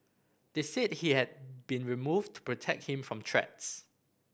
they said he had been removed to protect him from threats